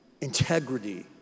integrity